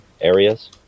areas